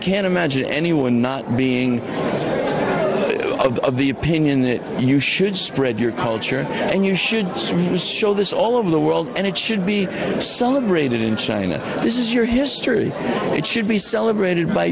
can't imagine anyone being of the opinion that you should spread your culture and you should show this all over the world and it should be celebrated in china this is your history it should be celebrated by